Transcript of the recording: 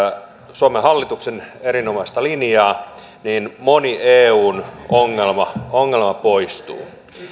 suomen hallituksen erinomaista linjaa niin moni eun ongelma poistuu